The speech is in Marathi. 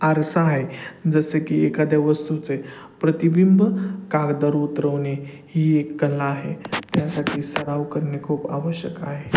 आरसा आहे जसं की एखाद्या वस्तूचे प्रतिबिंब कागदावर उतरवणे ही एक कला आहे त्यासाठी सराव करणे खूप आवश्यक आहे